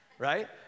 right